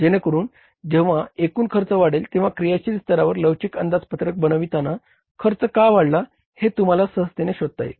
जेणेकरुन जेव्हा एकूण खर्च वाढेल तेव्हा क्रियाशील स्तरावरील लवचीक अंदाजपत्रक बनविताना खर्च का वाढला हे तुम्हाला सहजतेने शोधता येईल